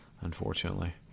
unfortunately